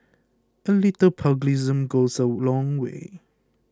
a little pugilism goes a long way